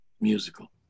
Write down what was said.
musical